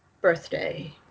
birthday